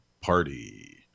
Party